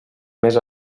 més